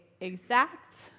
exact